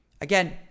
Again